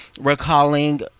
recalling